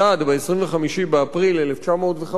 ב-25 באפריל 1915,